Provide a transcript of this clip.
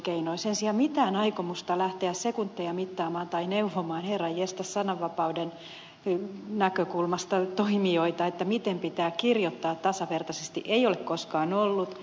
sen sijaan mitään aikomusta lähteä sekunteja mittaamaan tai neuvomaan herran jestas sananvapauden näkökulmasta toimijoita miten pitää kirjoittaa tasavertaisesti ei ole koskaan ollut eikä ole